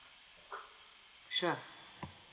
sure